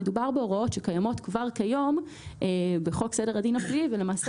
מדובר בהוראות שקיימות כבר כיום בחוק סדר הדין הפלילי ולמעשה